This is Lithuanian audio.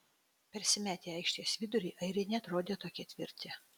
persimetę į aikštės vidurį airiai neatrodė tokie tvirti